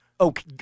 okay